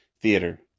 Theater